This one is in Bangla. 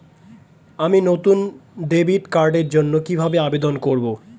আমি নতুন ডেবিট কার্ডের জন্য কিভাবে আবেদন করব?